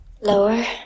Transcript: Lower